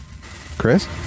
Chris